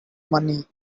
money